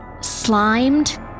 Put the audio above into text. slimed